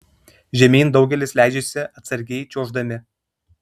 žemyn daugelis leidžiasi atsargiai čiuoždami